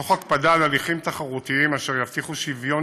תוך הקפדה על הליכים תחרותיים אשר יבטיחו שוויון